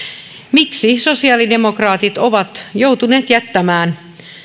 miksi sosiaalidemokraatit ovat joutuneet jättämään